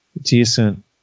decent